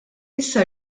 issa